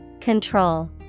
Control